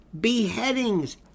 Beheadings